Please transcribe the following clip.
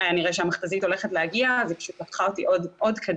בלתי חוקי ואני מתפלא על המשטרה במקום מכת"זית --- למה זה בלתי חוקי?